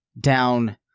down